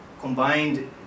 combined